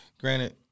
granted